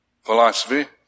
philosophy